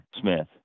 Smith